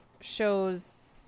shows